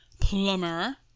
plumber